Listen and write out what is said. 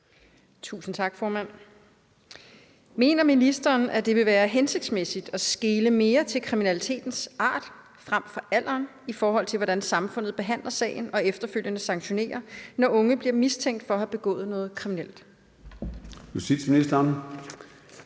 Thiesen (DF): Mener ministeren, det vil være hensigtsmæssigt at skele mere til kriminalitetens art frem for alderen, i forhold til hvordan samfundet behandler sagen og efterfølgende sanktionerer, når unge bliver mistænkt for at have begået noget kriminelt? Formanden